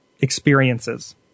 experiences